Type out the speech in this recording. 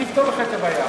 אני אפתור לך את הבעיה.